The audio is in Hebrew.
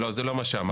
לא, זה לא מה שאמרתי.